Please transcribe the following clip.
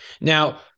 Now